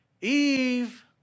Eve